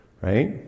Right